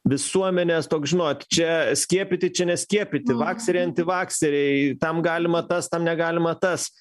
visuomenės toks žinot čia skiepyti čia neskiepyti vakseriai antivakseriai tam galima tas tam negalima tas